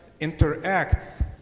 interacts